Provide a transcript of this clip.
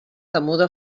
temuda